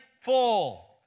full